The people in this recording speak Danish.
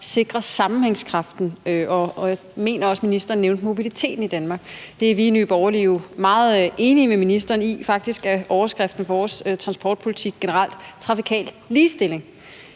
sikre sammenhængskraften, og jeg mener også, at ministeren nævnte mobiliteten i Danmark. Det er vi i Nye Borgerlige jo meget enige med ministeren i. Faktisk er overskriften på vores transportpolitik generelt: Trafikal ligestilling.